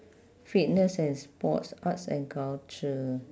fitness and sports arts and culture